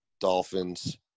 Dolphins